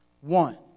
one